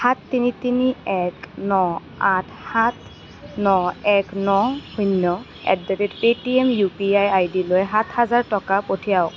সাত তিনি তিনি এক ন আঠ সাত ন এক ন শূন্য at the rate Paytm U P I আইডিলৈ সাত হাজাৰ টকা পঠিয়াওক